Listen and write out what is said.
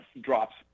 drops